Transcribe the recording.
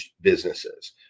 businesses